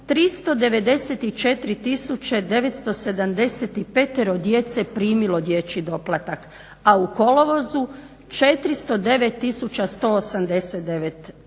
394975 djece primilo dječji doplatak, a u kolovozu 409189 djece